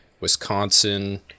Wisconsin